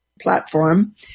platform